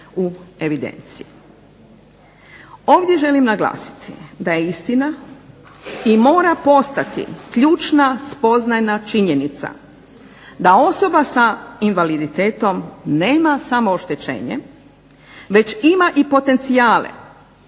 u evidenciji. Ovdje želim naglasiti da je istina i mora postati ključna spoznajna činjenica da osobe sa invaliditetom nema samo oštećenje već ima i potencijale